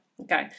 Okay